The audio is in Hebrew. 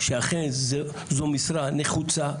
שאכן זו משרה נחוצה,